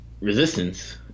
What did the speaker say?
resistance